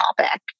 topic